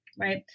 right